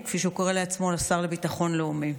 או כפי שהוא קורא לעצמו השר לביטחון לאומי.